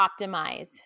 optimize